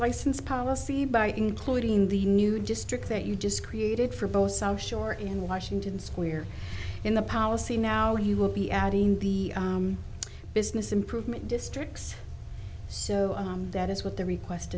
license policy by including the new district that you just created for both south shore in washington square in the policy now you will be adding the business improvement district so that is what the request